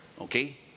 okay